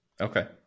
Okay